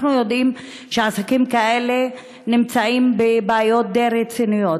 אנחנו יודעים שעסקים כאלה נמצאים בבעיות די רציניות.